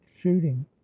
shooting